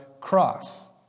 cross